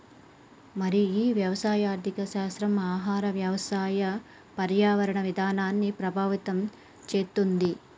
మరి ఈ వ్యవసాయ ఆర్థిక శాస్త్రం ఆహార వ్యవసాయ పర్యావరణ ఇధానాన్ని ప్రభావితం చేతుంది